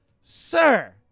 Sir